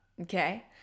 okay